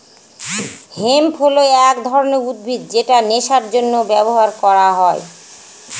hemp হল এক ধরনের উদ্ভিদ যেটা নেশার জন্য ব্যবহার করা হয়